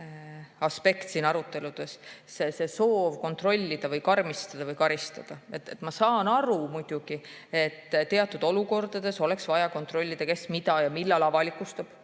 aspekt siin aruteludes oli soov kontrollida või karmistada või karistada. Ma saan muidugi aru, et teatud olukordades oleks vaja kontrollida, kes mida ja millal avalikustab.